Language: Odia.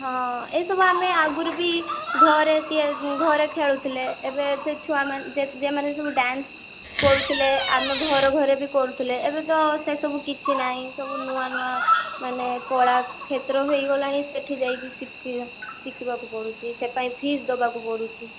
ହଁ ଏସବୁ ଆମେ ଆଗରୁ ବି ଘରେ ତି ଘରେ ଖେଳୁଥିଲେ ଏବେ ସେ ଛୁଆମାନେ ଯେମାନେ ସବୁ ଡ଼୍ୟାନ୍ସ କରୁଥିଲେ ଆମ ଘରେ ଘରେ ବି କରୁଥିଲେ ଏବେ ତ ସେସବୁ କିଛିନାହିଁ ସବୁ ନୂଆ ନୂଆ ମାନେ କଳାକ୍ଷେତ୍ର ହେଇଗଲାଣି ସେଠି ଯାଇକି ଶିଖି ଶିଖିବାକୁ ପଡ଼ୁ ସେପାଇଁ ଫିସ୍ ଦେବାକୁ ପଡ଼ୁଛି